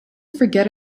forget